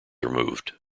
removed